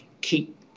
keep